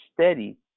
steady